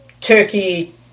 Turkey